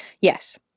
Yes